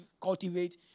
cultivate